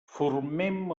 formem